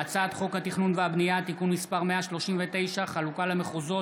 הצעת חוק התכנון והבנייה (תיקון מס' 139) (חלוקה למחוזות),